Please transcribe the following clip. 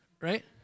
right